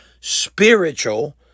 spiritual